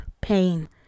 pain